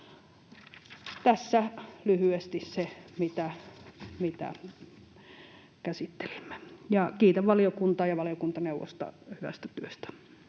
Tässä lyhyesti se, mitä käsittelimme. Kiitän valiokuntaa ja valiokuntaneuvosta hyvästä työstä.